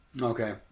Okay